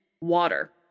water